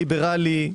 ליברלי,